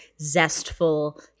zestful